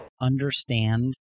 Understand